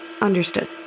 Understood